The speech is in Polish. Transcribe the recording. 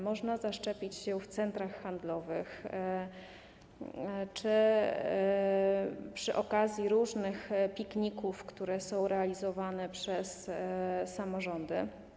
Można zaszczepić się w centrach handlowych czy przy okazji różnych pikników, które są realizowane przez samorządy.